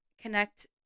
connect